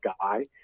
guy